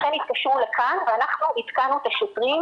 לכן התקשרו לכאן ואנחנו עדכנו את השוטרים